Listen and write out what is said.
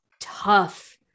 tough